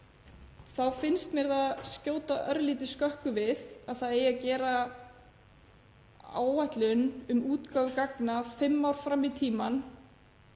þá finnst mér skjóta örlítið skökku við að það eigi að gera áætlun um útgáfu gagna fimm ár fram í tímann